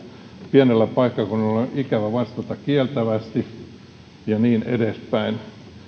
pienellä paikkakunnalla on ikävä vastata kieltävästi ja niin edespäin